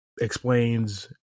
explains